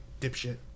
dipshit